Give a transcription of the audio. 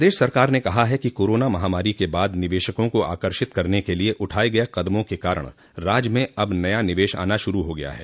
प्रदेश सरकार ने कहा है कि कोरोना महामारी के बाद निवेशकों को आकर्षित करने के लिए उठाए गए कदमों के कारण राज्य में अब नया निवेश आना शुरू हो गया है